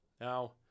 Now